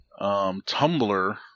Tumblr